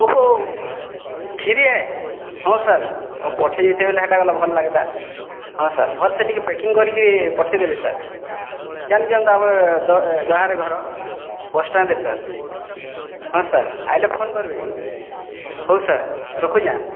ଓହୋ ଖିରି ଏ ହଁ ସାର୍ ପଠେଇ ଦେଇଥିଲେ ହେଟା ଗଲା ଭଲ୍ ଲାଗ୍ତା ହଁ ସାର୍ ଭଲ୍ସେ ଟିକେ ପେକିଂ କରିକିରି ପଠେଇ ଦେବେ ସାର୍ ଜାନିଛନ୍ ଆମ ଦ୍ୱାରେ ଘର ବସ୍ ଷ୍ଟାଣ୍ଡ୍ ସାର୍ ହଁ ସାର୍ ଆଏଲେ ଫୋନ୍ କର୍ବେ ହଉ ସାର୍ ରଖୁଚେଁ